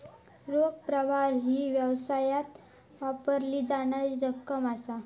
रोख प्रवाह ही व्यवसायात वापरली जाणारी रक्कम असा